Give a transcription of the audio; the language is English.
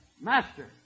Master